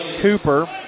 Cooper